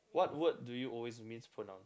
what word do you always mispronounce